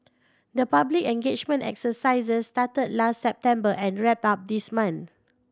the public engagement exercises started last September and wrapped up this month